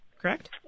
correct